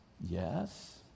Yes